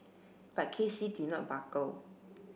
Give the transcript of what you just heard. but K C did not buckle